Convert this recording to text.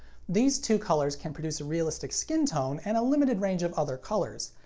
these two colors can produce a realistic skin tone and a limited range of other colors.